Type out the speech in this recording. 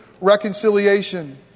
reconciliation